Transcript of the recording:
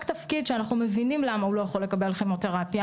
תפקיד שאנחנו מבינים למה הוא לא יכול לקבל כימותרפיה,